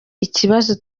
ikibazo